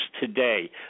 today